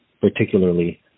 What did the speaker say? particularly